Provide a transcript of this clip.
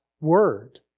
Word